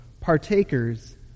partakers